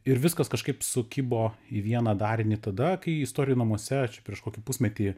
ir viskas kažkaip sukibo į vieną darinį tada kai istorijų namuose prieš kokį pusmetį